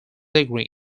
degree